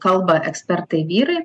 kalba ekspertai vyrai